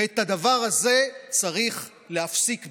ואת הדבר הזה צריך להפסיק בחוק.